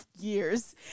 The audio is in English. years